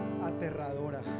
aterradora